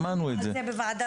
שמענו את זה,